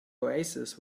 oasis